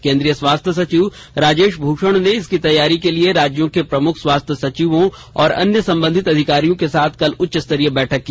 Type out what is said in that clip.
केंद्रीय स्वास्थ्य सचिव राजेश भूषण ने इसकी तैयारी के लिए राज्यों के प्रमुख स्वास्थ सचिवों और अन्य संबंधित अधिकारियों के साथ कल उच्च स्तरीय बैठक की